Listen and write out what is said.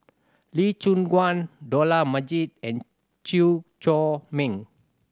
Lee Choon Guan Dollah Majid and Chew Chor Meng